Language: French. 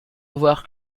avoir